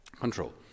Control